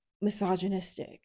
misogynistic